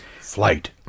Flight